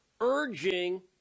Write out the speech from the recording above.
urging